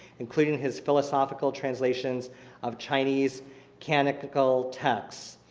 including his philosophical translations of chinese canonical texts.